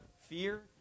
fear